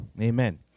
Amen